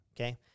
okay